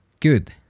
Good